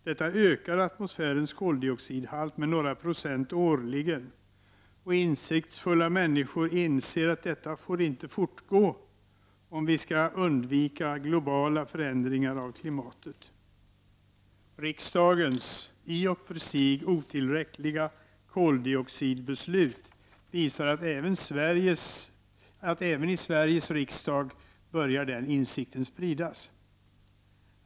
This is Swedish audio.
Detta ökar atmosfärens koldioxidhalt med några procent årligen. Insiktsfulla människor inser att detta inte får fortgå om vi skall undvika globala förändringar av klimatet. Riksdagens i och för sig otillräckliga koldioxidbeslut visar att den insikten börjar spridas även i Sveriges riksdag.